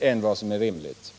än vad som är rimligt.